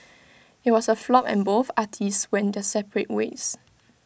IT was A flop and both artists went their separate ways